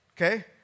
Okay